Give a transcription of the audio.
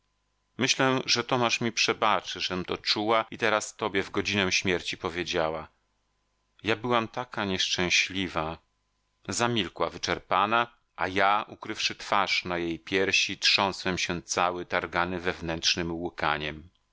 myślę że tomasz mi przebaczy żem to czuła i teraz tobie w godzinę śmierci powiedziała ja byłam taka nieszczęśliwa zamilkła wyczerpana a ja ukrywszy twarz na jej piersi trząsłem się cały targany wewnętrznem łkaniem